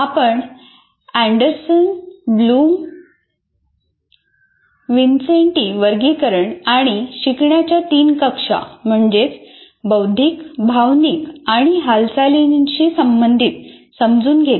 आणि आपण Anderson Bloom विन्सेन्टी वर्गीकरण आणि शिकण्याच्या तीन कक्षा म्हणजे बौद्धिक भावनिक आणि हालचालींशी संबंधित समजून घेतल्या